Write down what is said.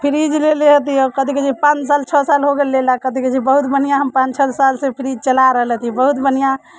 हम फ्रीज लेले रहतियै कथि कहै छै पान साल छओ साल हो गेल लेला कथि कहै छै बहुत बढ़िआँ हम पान छओ साल से फ्रीज चला रहलक बहुत बढ़िआँ